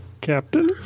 Captain